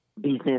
Business